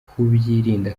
kubyirinda